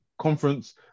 Conference